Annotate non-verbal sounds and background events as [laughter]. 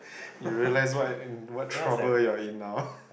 you realize what what trouble you're in now [laughs]